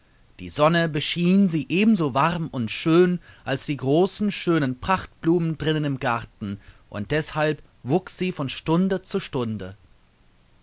die sonne beschien sie eben so warm und schön als die großen schönen prachtblumen drinnen im garten und deshalb wuchs sie von stunde zu stunde